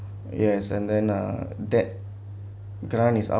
yes and then uh that grant is